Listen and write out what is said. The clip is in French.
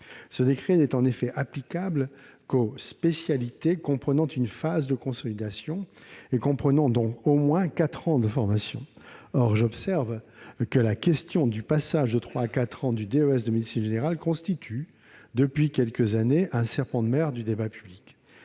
Ce décret n'est en effet applicable qu'aux spécialités comprenant une phase de consolidation et supposant, donc, au moins quatre ans de formation. Or j'observe que la question du passage de trois à quatre ans du DES de médecine générale constitue depuis quelques années un serpent de mer du débat public.